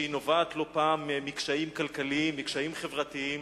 שנובעת לא פעם מקשיים כלכליים, מקשיים חברתיים